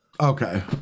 Okay